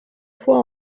fois